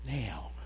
now